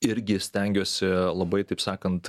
irgi stengiuosi labai taip sakant